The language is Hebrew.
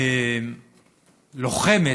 לוחמת,